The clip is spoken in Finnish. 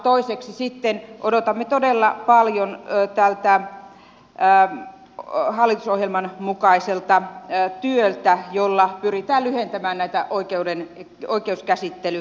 toiseksi sitten odotamme todella paljon tältä hallitusohjelman mukaiselta työltä jolla pyritään lyhentämään näitä oikeuskäsittelyaikoja